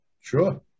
sure